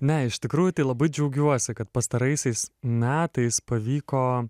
ne iš tikrųjų tai labai džiaugiuosi kad pastaraisiais metais pavyko